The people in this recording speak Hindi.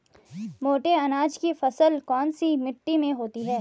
मोटे अनाज की फसल कौन सी मिट्टी में होती है?